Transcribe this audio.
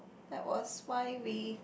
that was why we